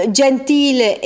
gentile